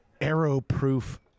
arrow-proof